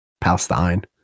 Palestine